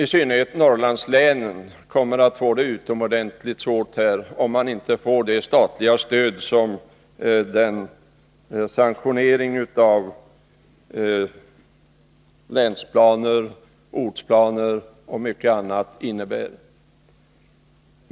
I synnerhet Norrlandslänen kommer att få det utomordentligt svårt, om de inte får det stöd som en statlig sanktionering av länsplaner, ortsplaner och mycket annat innebär.